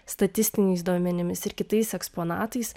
statistiniais duomenimis ir kitais eksponatais